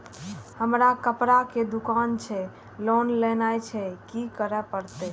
हमर कपड़ा के दुकान छे लोन लेनाय छै की करे परतै?